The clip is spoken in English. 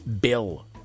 bill